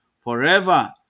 forever